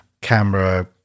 camera